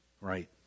right